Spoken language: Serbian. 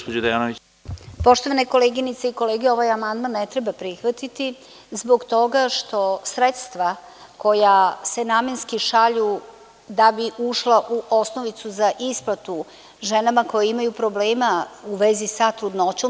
Poštovane koleginice i kolege, ovaj amandman ne treba prihvatiti zbog toga što sredstva koja se namenski šalju da bi ušla u osnovicu za isplatu ženama koje imaju problema u vezi sa trudnoćom.